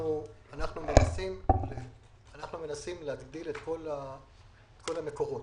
אנחנו מנסים להגדיל את כל המקורות,